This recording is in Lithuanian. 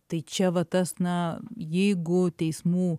tai čia va tas na jeigu teismų